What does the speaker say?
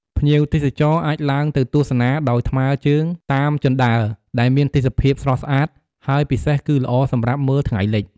ភ្ញៀវទេសចរអាចឡើងទៅទស្សនាដោយថ្មើរជើងតាមជណ្ដើរ ដែលមានទេសភាពស្រស់ស្អាត ហើយពិសេសគឺល្អសម្រាប់មើលថ្ងៃលិច។